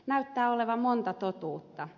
näyttää olevan monta totuutta